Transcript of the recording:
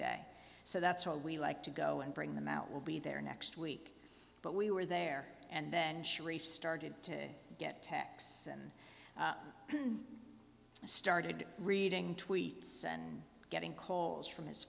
day so that's why we like to go and bring them out will be there next week but we were there and then sharif started to get tax and started reading tweets and getting calls from his